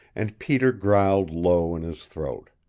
and peter growled low in his throat.